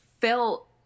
felt